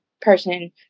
person